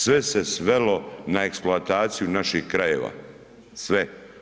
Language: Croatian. Sve se svelo na eksploataciju naših krajeva, sve.